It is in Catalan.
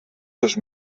dos